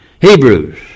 Hebrews